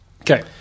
Okay